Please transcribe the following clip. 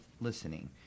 listening